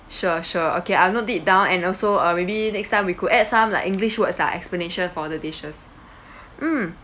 sure sure okay I'm note it down and also uh maybe next time we could add some like english words lah explanation for the dishes mm